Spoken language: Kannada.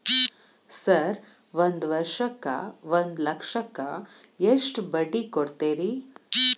ಸರ್ ಒಂದು ವರ್ಷಕ್ಕ ಒಂದು ಲಕ್ಷಕ್ಕ ಎಷ್ಟು ಬಡ್ಡಿ ಕೊಡ್ತೇರಿ?